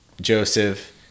Joseph